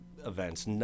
events